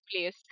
place